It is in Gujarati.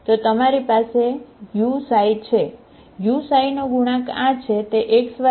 તો તમારી પાસે u છે u નો ગુણાંક આ છે તે બરાબર